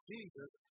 Jesus